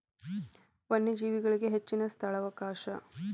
ವನ್ಯಜೇವಿಗಳಿಗೆ ಹೆಚ್ಚಿನ ಸ್ಥಳಾವಕಾಶ